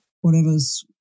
whatever's